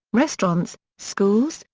restaurants, schools,